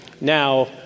now